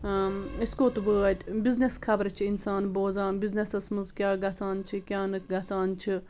أسۍ کوٚت وٲتۍ بِزنِس خبرٕ چھِ اِنسان بوزان بِزنِسَس منٛز کیٛاہ گَژھان چھِ کیٛاہ نہٕ گَژھان چھِ